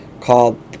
called